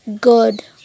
good